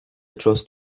trust